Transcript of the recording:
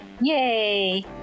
Yay